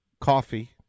Coffee